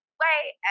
wait